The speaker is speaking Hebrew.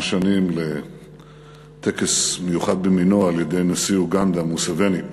שנים לטקס מיוחד במינו על-ידי נשיא אוגנדה מוסבני.